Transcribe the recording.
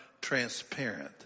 Transparent